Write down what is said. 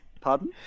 Pardon